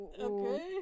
Okay